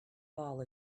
ball